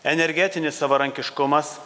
energetinis savarankiškumas